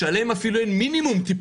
בואו נדבר מאיפה הגיעה כל התעשייה